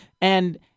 And-